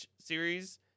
series